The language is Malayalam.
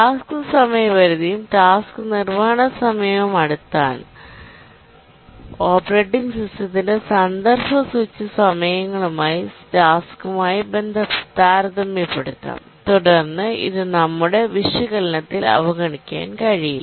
ടാസ്ക് സമയപരിധിയും ടാസ്ക് നിർവ്വഹണ സമയവും അടുത്താണ് ഓപ്പറേറ്റിംഗ് സിസ്റ്റത്തിന്റെ കോണ്ടെസ്റ് സ്വിച്ച് സമയങ്ങളുമായി ടാസ്കുമായി താരതമ്യപ്പെടുത്താം തുടർന്ന് ഇത് നമ്മുടെ വിശകലനത്തിൽ അവഗണിക്കാൻ കഴിയില്ല